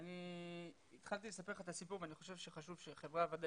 אני התחלתי לספר לך את הסיפור ואני חושב שחשוב שחברי הוועדה